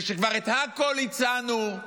ושכבר הכול הצענו.